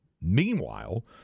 Meanwhile